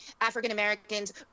African-Americans